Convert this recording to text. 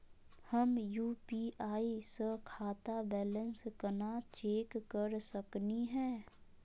हम यू.पी.आई स खाता बैलेंस कना चेक कर सकनी हे?